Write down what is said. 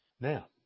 now